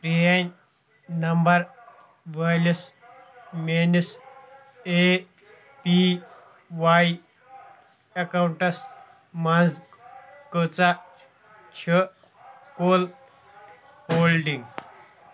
پرٛٲنۍ نَمبر وٲلِس میٚٲنِس اےٚ پی واے اؠکوانٛٹس منٛز کۭژاہ چھِ کُل ہولڈِنٛگ